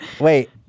Wait